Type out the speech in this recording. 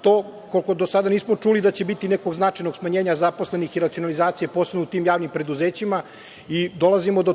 To koliko do sada nismo čuli da će biti nekog značajnog smanjenja zaposlenih i racionalizacija posebno u tim javnim preduzećima. Dolazim do